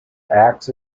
acts